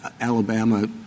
Alabama